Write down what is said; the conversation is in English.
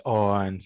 on